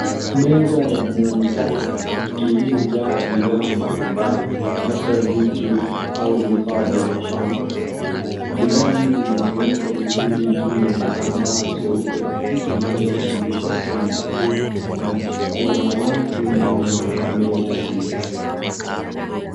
Meza ya muuzaji iliyojaa bidhaa mbalimbali labda vitu au bidhaa za mapambo. Bidhaa hizo zimewekwa vizuri juu ya kitambaa cheupe kilichotandikwa chini na kuna watu nyuma ya meza hio.